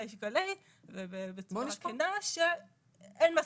בריש גלי ובצורה כנה שאין מספיק.